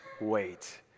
wait